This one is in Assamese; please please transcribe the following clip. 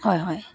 হয় হয়